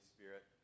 Spirit